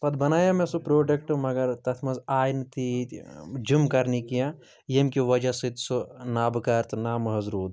پَتہٕ بَنایے مےٚ سُہ پرٛوڈَکٹہٕ مگر تَتھ منٛز آیہِ نہٕ تیٖتۍ جم کَرنہِ کیٚنٛہہ ییٚمہِ کہِ وجہ سۭتۍ سُہ نابہٕ کار تہٕ نا محض روٗد